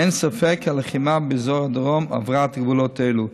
אין ספק כי הלחימה באזור הדרום עברה את הגבולות האלה.